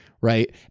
right